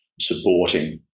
supporting